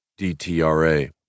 DTRA